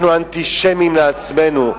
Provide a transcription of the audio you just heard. אנחנו אנטישמים עצמנו,